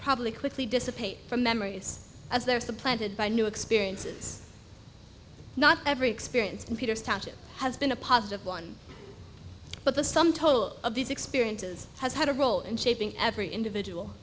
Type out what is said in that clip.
probably quickly dissipate from memories as they're supplanted by new experiences not every experience computers township has been a positive one but the sum total of these experiences has had a role in shaping every individual